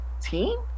team